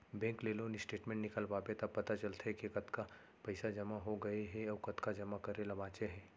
bank ले loan statement निकलवाबे त पता चलथे के कतका पइसा जमा हो गए हे अउ कतका जमा करे ल बांचे हे